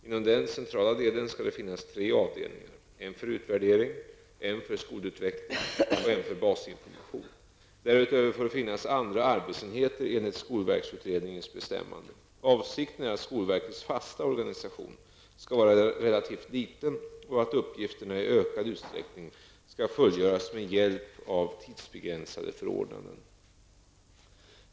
Inom den centrala delen skall det finnas tre avdelningar, en för utvärdering, en för skolutveckling och en för basinformation. Avsikten är att skolverkets fasta organisation skall vara relativt liten och att uppgifterna i ökad utsträckning skall fullgöras med hjälp av tidsbegränsade förordnanden.